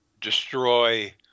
destroy